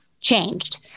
changed